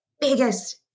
biggest